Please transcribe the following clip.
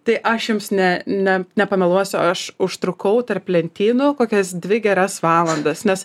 tai aš jums ne ne nepameluosiu aš užtrukau tarp lentynų kokias dvi geras valandas nes